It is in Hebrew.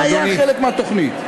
זה היה חלק מהתוכנית.